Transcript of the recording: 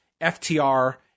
FTR